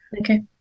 Okay